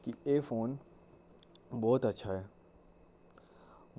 की एह् फोन बोह्त अच्छा ऐ